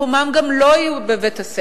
מקומם גם לא יהיה בבית-ספר,